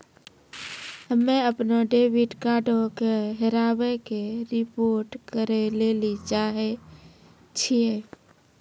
हम्मे अपनो डेबिट कार्डो के हेराबै के रिपोर्ट करै लेली चाहै छियै